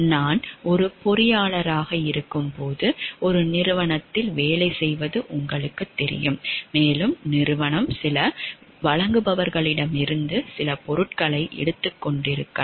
நான் ஒரு பொறியியலாளராக இருக்கும்போது ஒரு நிறுவனத்தில் வேலை செய்வது உங்களுக்குத் தெரியும் மேலும் நிறுவனம் சில வழங்குபவர்களிடமிருந்து சில பொருட்களை எடுத்துக்கொண்டிருக்கலாம்